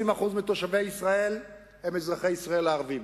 20% מתושבי ישראל הם אזרחי ישראל הערבים.